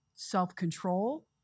self-control